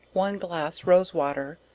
one glass rose water,